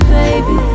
baby